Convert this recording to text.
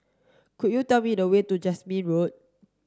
could you tell me the way to Jasmine Road